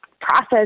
process